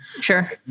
Sure